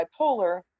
bipolar